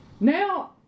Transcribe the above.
Now